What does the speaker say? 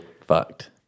fucked